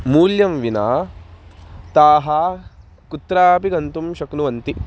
मूल्यं विना ताः कुत्रापि गन्तुं शक्नुवन्ति